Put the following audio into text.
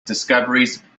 discoveries